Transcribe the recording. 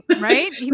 Right